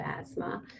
asthma